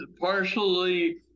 partially